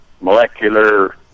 molecular